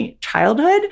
childhood